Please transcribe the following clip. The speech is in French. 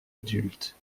adulte